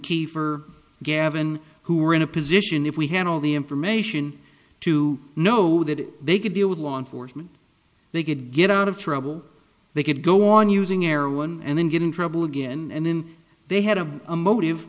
kiefer gavin who were in a position if we had all the information to know that they could deal with law enforcement they could get out of trouble they could go on using air one and then get in trouble again and then they had a motive